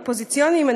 אופוזיציוניים,